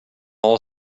all